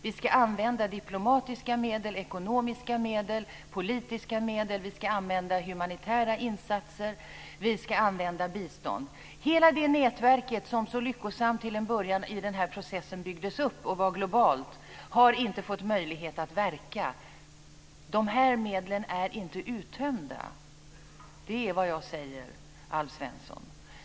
Vi ska använda diplomatiska medel, ekonomiska medel och politiska medel. Vi ska använda humanitära insatser. Vi ska använda bistånd. Hela det nätverk som till en början i den här processen så lyckosamt byggdes upp och var globalt har inte fått möjlighet att verka. De här medlen är inte uttömda. Det är vad jag säger, Alf Svensson.